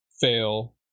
fail